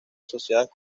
asociadas